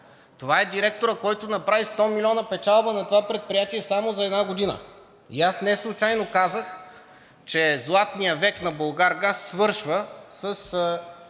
Това е директорът, който направи 100 милиона печалба на това предприятие само за една година, и аз неслучайно казах че златният век на „Булгаргаз“ свършва с